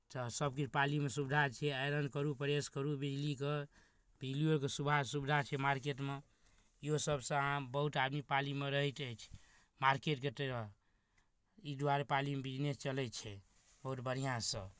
तऽ सभकिछु पालीमे सुविधा छै आइरन करू प्रेस करू बिजलीके बिजलीओके सुविधा छै मार्केटमे इहो सभसँ अहाँ बहुत आदमी पालीमे रहैत अछि मार्केट ई दुआरे पालीमे बिजनेस चलै छै बहुत बढ़िया सऽ